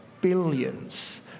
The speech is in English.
billions